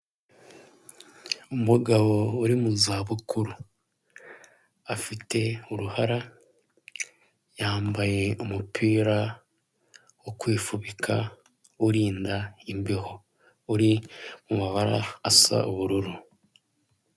Umugabo uri mu zabukuru afite uruhara yambaye umupira wo kwifubika urinda imbeho uri mu mabara asa ubururu.